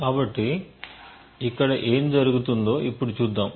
కాబట్టి ఇక్కడ ఏం జరుగుతుందో ఇప్పుడు చూద్దాం